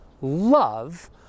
love